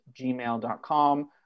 gmail.com